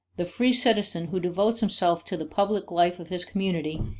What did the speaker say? the free citizen who devotes himself to the public life of his community,